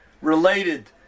related